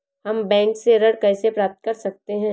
हम बैंक से ऋण कैसे प्राप्त कर सकते हैं?